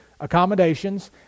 accommodations